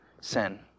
sin